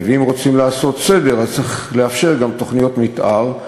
ואם רוצים לעשות סדר אז צריך לאפשר גם תוכניות מתאר.